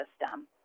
system